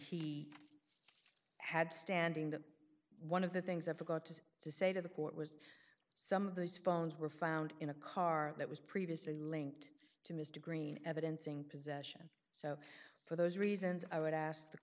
he had standing to one of the things i forgot to say to the court was some of those phones were found in a car that was previously linked to mr green evidencing possession so for those reasons i would ask